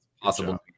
Possible